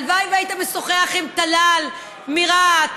הלוואי שהיית משוחח עם טלאל מרהט,